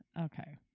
Okay